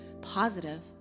positive